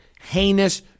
heinous